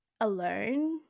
Alone